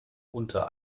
unter